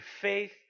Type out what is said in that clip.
faith